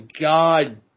god